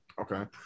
Okay